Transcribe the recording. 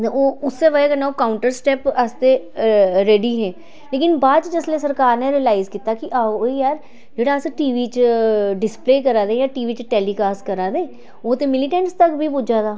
ते उस्सै बजह् कन्नै ओह् काउंटर स्टेप आस्तै रेडी हे लेकिन बाद च जिसलै सरकार ने रिलाइज कीता ओह् यार जेह्ड़ा अस टी वी च डिस्प्ले करा दे जां टी वी च टेलीकास्ट करा दे ओह् ते मिलिटेंट्स धोड़ी बी पुज्जा दा